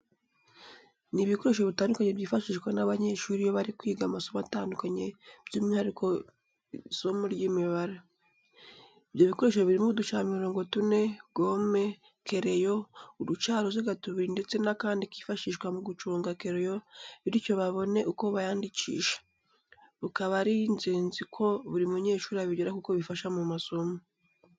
Ni ibikoresho bitandukanye byifashishwa n'abanyeshuri iyo bari kwiga amasomo atandukanye by'umwihariko isimo ry'Imibare. ibyo bikoresho birimo uducamirongo tune, gome, kereyo, uducaruziga tubiri ndetse n'akandi kifashishwa mu guconga kereyo bityo babone uko bayandikisha. Bukaba ari inenzi ko buri munyeshuri abigira kuko bifasha mu masomo.